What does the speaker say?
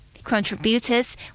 contributors